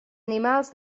animals